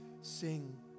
sing